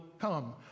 come